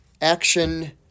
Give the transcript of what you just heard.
Action